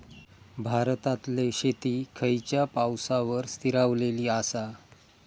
भारतातले शेती खयच्या पावसावर स्थिरावलेली आसा?